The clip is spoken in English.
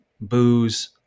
booze